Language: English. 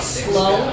slow